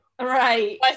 right